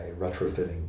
retrofitting